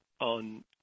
on